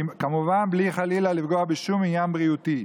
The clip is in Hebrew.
כמובן בלי לפגוע חלילה בשום עניין בריאותי.